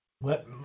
let